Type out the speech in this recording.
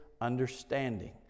understanding